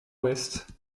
ouest